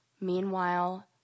Meanwhile